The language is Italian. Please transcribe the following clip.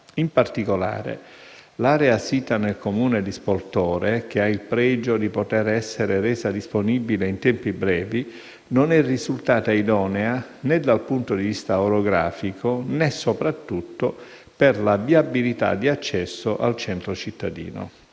In particolare, l'area sita nel Comune di Spoltore, che ha il pregio di poter essere resa disponibile in tempi brevi, non è risultata idonea né dal punto di vista orografico, né, soprattutto, per la viabilità di accesso al centro cittadino.